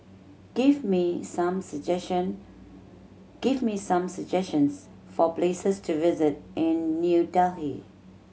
give me some suggestion give me some suggestions for places to visit in New Delhi